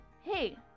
hey